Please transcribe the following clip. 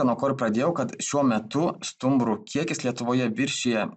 nuo ko ir pradėjau kad šiuo metu stumbrų kiekis lietuvoje viršija